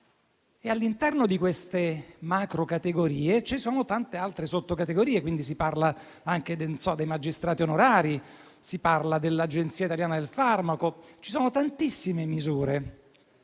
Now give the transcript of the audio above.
All'interno di queste macro-categorie ci sono tante altre sotto-categorie e, quindi, si parla anche dei magistrati onorari o dell'Agenzia italiana del farmaco. Ci sono tantissime misure,